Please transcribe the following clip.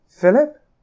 Philip